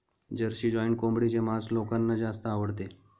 Jersey giant कोंबडीचे मांस लोकांना जास्त आवडते